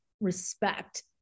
respect